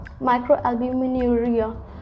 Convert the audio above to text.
Microalbuminuria